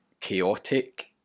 chaotic